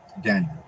Daniel